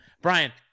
Brian